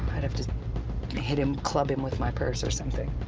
i'd have to hit him, club him with my purse or something.